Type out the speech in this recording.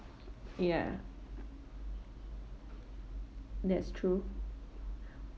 ya that's true